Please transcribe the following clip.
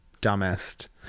Dumbest